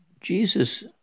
Jesus